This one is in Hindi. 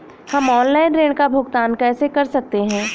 हम ऑनलाइन ऋण का भुगतान कैसे कर सकते हैं?